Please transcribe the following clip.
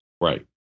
Right